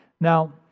Now